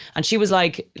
and she was like,